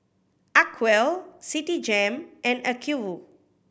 Acwell Citigem and Acuvue